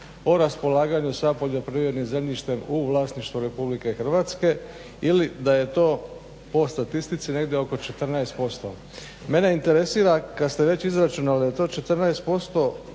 o raspolaganju sa poljoprivrednim zemljištem u vlasništvu Republike Hrvatske ili da je to po statistici negdje oko 14%. Mene interesira kad ste već izračunali da je to 14%